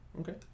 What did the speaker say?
Okay